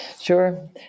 Sure